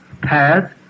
path